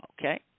Okay